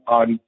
on